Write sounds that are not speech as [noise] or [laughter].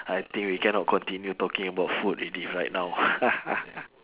I think we cannot continue talking about food already right now [laughs]